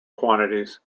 quantities